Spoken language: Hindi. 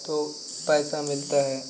तो पैसा मिलता है